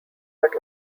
but